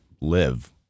live